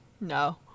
No